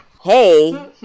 Hey